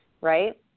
right